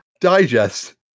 Digest